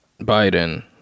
Biden